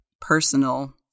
personal